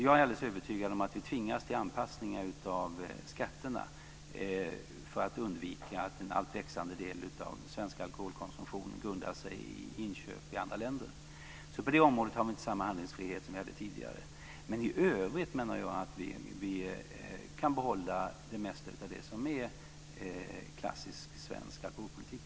Jag är alldeles övertygad om att vi tvingas till anpassningar av skatterna för att undvika att en allt större del av den svenska alkoholkonsumtionen grundar sig på inköp i andra länder. På det området har vi alltså inte samma handlingsfrihet som vi hade tidigare. Men i övrigt menar jag att vi kan behålla det mesta av det som är klassisk svensk alkoholpolitik.